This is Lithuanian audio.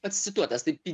pacituotas taip